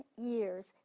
years